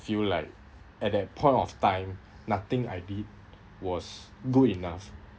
feel like at that point of time nothing I did was good enough